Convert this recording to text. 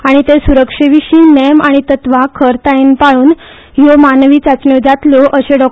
आनी ते सुरक्षेविशी नेम आनी तत्वां खंरतायेन पाळून ह्यो मानवी चाचण्यो जातल्यो अशे डॉ